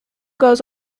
goes